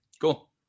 cool